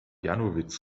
janowitz